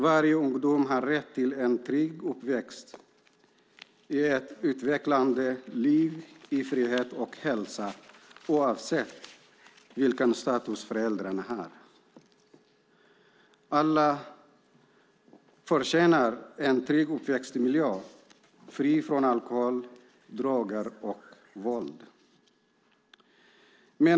Varje ungdom har rätt till en trygg uppväxt, till ett utvecklande liv i frihet och till hälsa, oavsett vilken status föräldrarna har. Alla förtjänar en trygg uppväxtmiljö fri från alkohol, droger och våld.